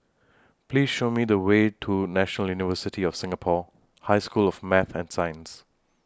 Please Show Me The Way to National University of Singapore High School of Math and Science